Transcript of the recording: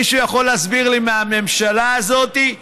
מישהו מהממשלה הזאת יכול להסביר לי?